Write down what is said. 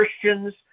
Christians